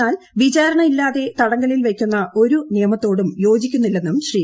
എന്നാൽ വിചാരണയില്ലാതെ തടങ്കലിൽ വയ്ക്കുന്ന ഒരു നിയമത്തോടും യോജിക്കുന്നില്ലെന്നും ശ്രീ